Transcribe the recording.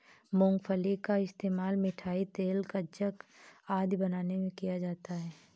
मूंगफली का इस्तेमाल मिठाई, तेल, गज्जक आदि बनाने में किया जाता है